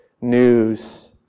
news